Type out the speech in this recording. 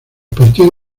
partidos